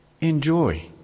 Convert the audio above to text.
enjoy